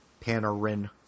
Panarin